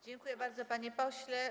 Dziękuję bardzo, panie pośle.